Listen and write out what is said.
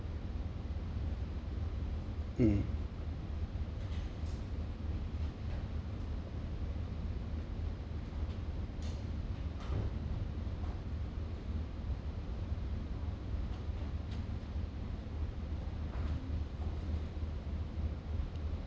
mm